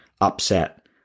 upset